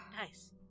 Nice